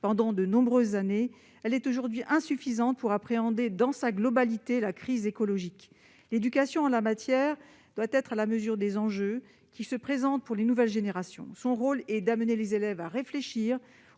pendant de nombreuses années, elle est aujourd'hui insuffisante pour appréhender, dans sa globalité, la crise écologique. L'éducation en la matière doit être à la mesure des enjeux qui se présentent aux nouvelles générations. Son rôle est d'amener les élèves à réfléchir